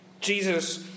Jesus